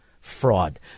fraud